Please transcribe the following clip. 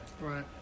Right